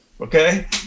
Okay